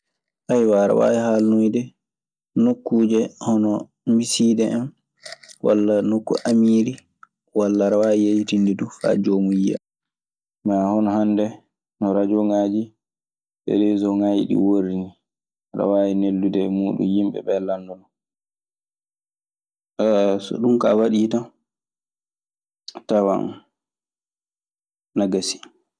Aɗe waawi haalnoyde nokkuuje hono misiide en walla nokku amiiri walla aɗe waawi yeeytinde duu faa joomun yiya. Mee, hono hannde no rajooŋaaji e reesooŋaaji ɗii worri nii, aɗe waawi neldude e muuɗun yimɓe ɓee lanndoɗaa. So ɗun kaa waɗii tan, a tawan na gasi.